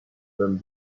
than